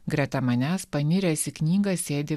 greta manęs paniręs į knygą sėdi